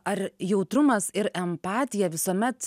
ar jautrumas ir empatija visuomet